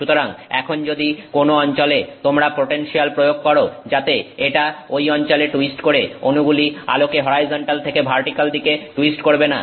সুতরাং এখন যদি কোন অঞ্চলে তোমরা পোটেনসিয়াল প্রয়োগ করো যাতে এটা ঐ অঞ্চলে টুইস্ট করে অনুগুলি আলোকে হরাইজন্টাল থেকে ভার্টিক্যাল দিকে টুইস্ট করবে না